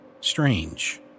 strange